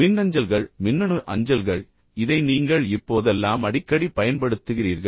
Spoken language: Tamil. மின்னஞ்சல்கள் மின்னணு அஞ்சல்கள் இதை நீங்கள் இப்போதெல்லாம் அடிக்கடி பயன்படுத்துகிறீர்கள்